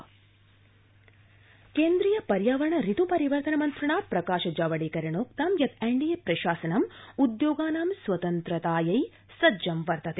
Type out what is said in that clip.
जावड़ेकर केन्द्रीय पर्यावरण ऋत् परिवर्तन मन्त्रिणा प्रकाश जावड़ेकरेणोक्तं यत् एनडीए प्रशासनं उद्योगानां स्वतन्त्रतायै सज्जं वर्तते